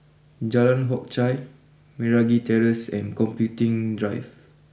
Jalan Hock Chye Meragi Terrace and Computing Drive